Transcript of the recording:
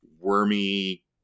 wormy